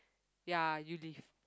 ya you leave